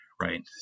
right